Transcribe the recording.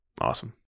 awesome